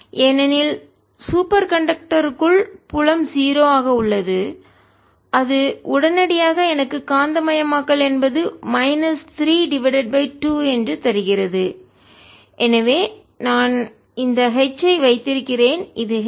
ஏனெனில் சூப்பர் கண்டக்டருக்குள் புலம் 0 ஆக உள்ளது அது உடனடியாக எனக்கு காந்த மயமாக்கல் என்பது மைனஸ் 3 டிவைடட் பை 2 என்று தருகிறது எனவே நான் இந்த H ஐ வைத்திருக்கிறேன்இது H